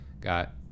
got –